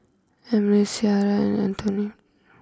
Emilee Ciarra and Antoinette